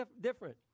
different